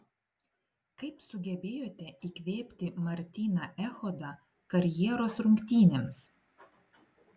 kaip sugebėjote įkvėpti martyną echodą karjeros rungtynėms